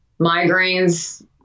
migraines